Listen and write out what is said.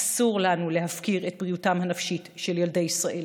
אסור לנו להפקיר את בריאותם הנפשית של ילדי ישראל.